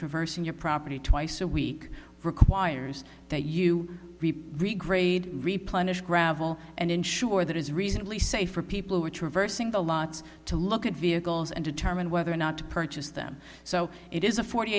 traversing your property twice a week requires that you reap regrade replenish gravel and ensure that is reasonably safe for people who are traversing the lots to look at vehicles and determine whether or not to purchase them so it is a forty